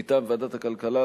מטעם ועדת הכלכלה,